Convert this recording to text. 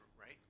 right